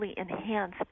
enhance